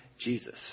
Jesus